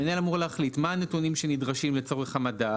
המנהל אמור להחליט מה הנתונים שנדרשים לצורך המדד